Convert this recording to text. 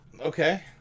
Okay